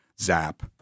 zap